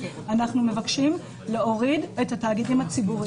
אנחנו מבקשים להוריד אתך התאגידים הציבוריים.